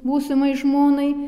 būsimai žmonai